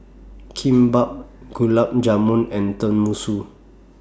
Kimbap Gulab Jamun and Tenmusu